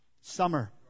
summer